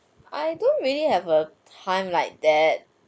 I don't really have a time like that